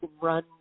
run